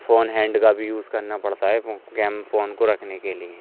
phone hand کا بھی use کرنا پڑتا ہے فون کو رکھنے کے لیے